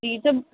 جی جب